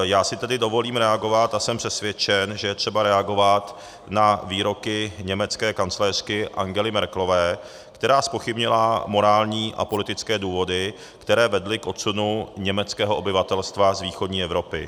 Já si tedy dovolím reagovat a jsem přesvědčen, že je třeba reagovat na výroky německé kancléřky Angely Merkelové, která zpochybnila morální a politické důvody, které vedly k odsunu německého obyvatelstva z východní Evropy.